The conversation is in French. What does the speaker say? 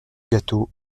gâteau